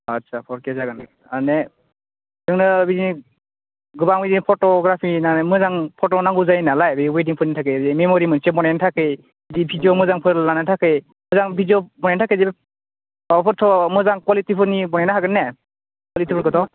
आच्चा फर के जागोन माने नोंनो बिनि गोबाङै फट'ग्राफि माने मोजां फट' नांगौ जायो नालाय बे वेडिंफोरनि थाखाय जे मेम'रि मोनसे बनायनो थाखाय बे भिडिय' मोजांफोर लानो थाखाय आरो आं भिडिय' बानायनो थाखाय जेबो माबाफोरथ' मोजां कुवालिटिफोरनि बनायनो हागोन ने कुवालिटिफोरखौथ'